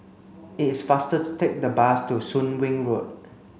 it is faster to take the bus to Soon Wing Road